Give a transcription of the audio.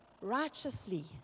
righteously